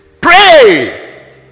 Pray